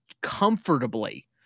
comfortably